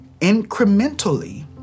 incrementally